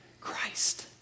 Christ